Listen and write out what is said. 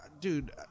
dude